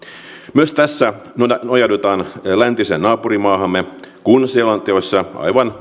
myös tässä nojaudutaan läntiseen naapurimaahamme kun selonteossa aivan